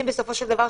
בסופו של דבר,